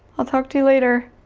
i'll talk to you later.